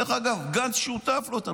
דרך אגב, גנץ שותף לאותן